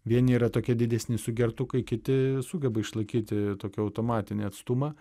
vieni yra tokie didesni sugertukai kiti sugeba išlaikyti tokį automatinį atstumą